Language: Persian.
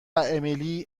امیلی